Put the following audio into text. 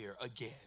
again